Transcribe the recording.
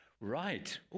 Right